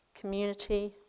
community